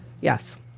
Yes